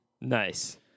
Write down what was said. Nice